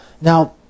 Now